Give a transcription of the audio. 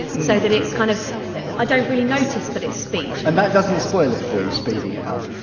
so that it's kind of i don't really notice that it's speech and that doesn't spoil it for you speeding it up?